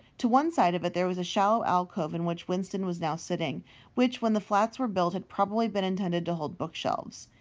to one side of it there was a shallow alcove in which winston was now sitting, and which, when the flats were built, had probably been intended to hold bookshelves.